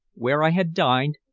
where i had dined,